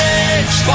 edge